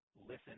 listen